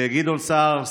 לגדעון סער,